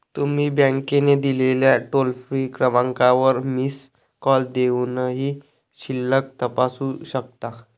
तुम्ही बँकेने दिलेल्या टोल फ्री क्रमांकावर मिस कॉल देऊनही शिल्लक तपासू शकता